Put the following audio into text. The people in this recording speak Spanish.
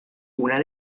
una